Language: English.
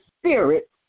spirit